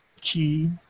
key